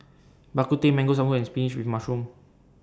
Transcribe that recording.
Bak Kut Teh Mango Sago and Spinach with Mushroom